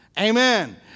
Amen